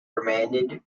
remanded